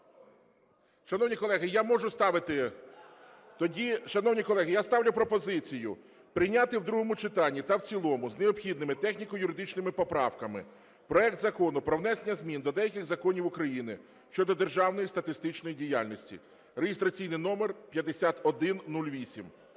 шановні колеги, я ставлю пропозицію прийняти в другому читанні та в цілому з необхідними техніко-юридичними поправками проект Закону про внесення змін до деяких законів України щодо державної статистичної діяльності (реєстраційний номер 5108).